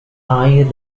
air